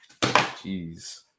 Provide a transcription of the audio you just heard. Jeez